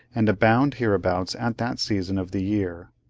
and abound hereabouts at that season of the year.